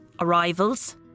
Arrivals